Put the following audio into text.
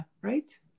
right